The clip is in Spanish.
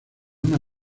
una